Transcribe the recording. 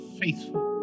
faithful